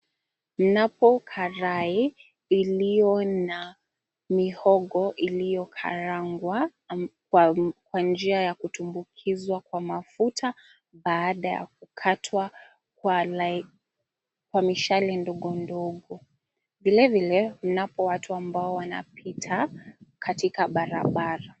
Kunapo karai iliyo na mihogo iliyokarangwa kw njia ya kutumbukizwa kwa mafuta baada ya kukatwa kwa mishale ndogondogo. Vilevile kunapo watu ambao wanapita katika barabara.